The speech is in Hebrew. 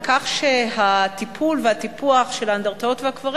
על כך שהטיפול והטיפוח של האנדרטאות והקברים